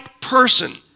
person